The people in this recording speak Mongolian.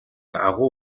агуу